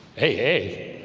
hey